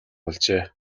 болжээ